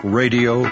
radio